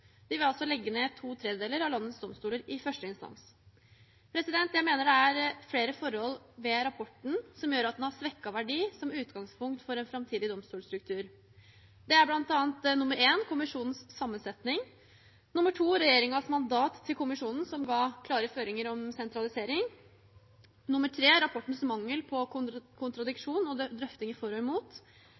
De vil altså legge ned to tredjedeler av landets domstoler i første instans. Jeg mener det er flere forhold ved rapporten som gjør at den har svekket verdi som utgangspunkt for en framtidig domstolstruktur. Det er bl.a. punkt 1: kommisjonens sammensetning, punkt 2: regjeringens mandat til kommisjonen som ga klare føringer om sentralisering, punkt 3: rapportens mangel på kontradiksjon og drøftinger for og imot